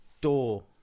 door